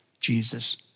Jesus